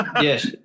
yes